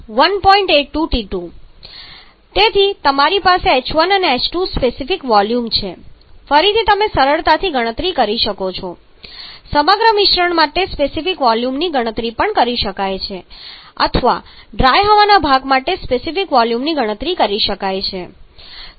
82T2 તેથી તમારી પાસે h1 અને h2 સ્પેસિફિક વોલ્યુમ છે ફરીથી તમે સરળતાથી ગણતરી કરી શકો છો સમગ્ર મિશ્રણ માટે સ્પેસિફિક વોલ્યુમની પણ ગણતરી કરી શકાય છે અથવા ડ્રાય હવાના ભાગ માટે સ્પેસિફિક વોલ્યુમની પણ ગણતરી કરી શકાય છે